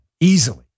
Easily